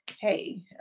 hey